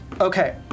Okay